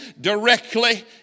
directly